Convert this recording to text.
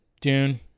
Dune